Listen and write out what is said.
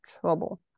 trouble